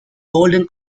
golden